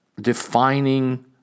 defining